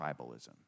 tribalism